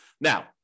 Now